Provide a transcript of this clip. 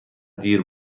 دیر